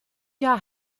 jahr